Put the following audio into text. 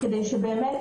כדי שבאמת